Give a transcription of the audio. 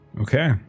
Okay